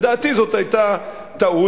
לדעתי זו היתה טעות,